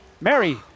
Mary